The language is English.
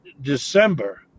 December